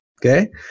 Okay